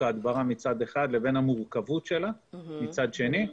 ההדברה מצד אחד לבין המורכבות שלה מצד שני,